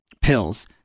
pills